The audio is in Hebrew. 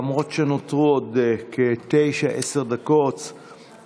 למרות שנותרו עוד כתשע-עשר דקות,